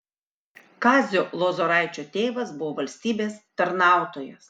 kazio lozoraičio tėvas buvo valstybės tarnautojas